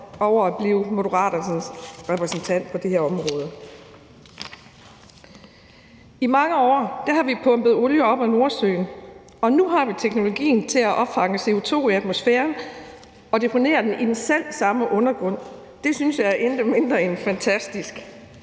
over at blive Moderaternes repræsentant for det her område. I mange år har vi pumpet olie op af Nordsøen, og nu har vi teknologien til at opfange CO2 i atmosfæren og deponere den i den selv samme undergrund. Det synes jeg er intet mindre end fantastisk.